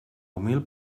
humil